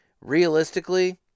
realistically